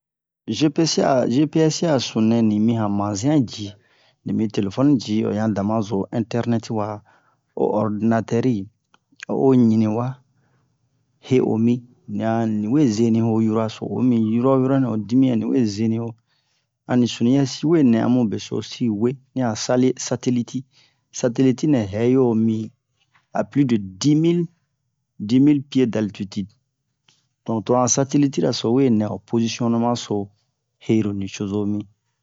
Gepesi a gepe'ɛsi a sununɛ ni mi han mazian ji ni mi telefoni ji o yan tama zo ho intɛrnɛti wa o ordinatɛri o'o ɲi ni wa he o mi ni'a ni we zeni ho huraso o mi horowo horo nɛ ni we zeni ho ani sunu yɛsi we nɛ a mu besosi we ni a sale sateliti sateliti nɛ hɛyo mi a pli de dimil dimil pie daltitide don to han satelitira so we nɛ ho pozisionneman so he nicozo mi